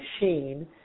machine